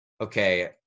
okay